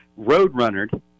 roadrunnered